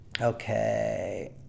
okay